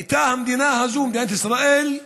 המדינה הזאת, מדינת ישראל,